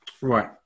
right